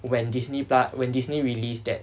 when Disney plu~ when Disney released that